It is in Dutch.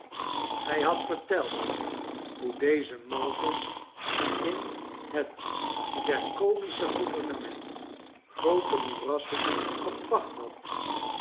hij had verteld hoe deze maltus in het twerskoïsche gouvernement groote moerassen gepacht had